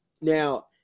now